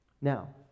Now